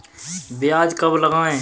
प्याज कब लगाएँ?